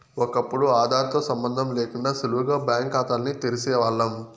ఒకప్పుడు ఆదార్ తో సంబందం లేకుండా సులువుగా బ్యాంకు కాతాల్ని తెరిసేవాల్లం